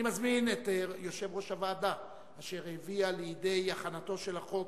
אני מזמין את יושב-ראש הוועדה אשר הביאה לידי הכנתו של החוק